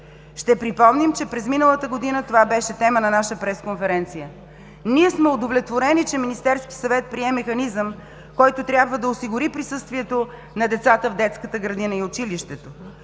Ще припомним, че през миналата година това беше тема на наша пресконференция. Ние сме удовлетворени, че Министерският съвет прие механизъм, който трябва да осигури присъствието на децата в детската градина и училището.